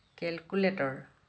calculator